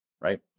right